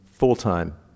full-time